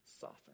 soften